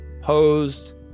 posed